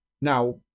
now